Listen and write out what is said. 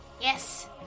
Yes